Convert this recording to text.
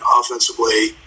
offensively